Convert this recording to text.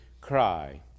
cry